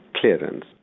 clearance